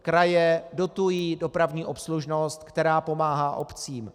Kraje dotují dopravní obslužnost, která pomáhá obcím.